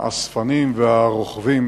האספנים והרוכבים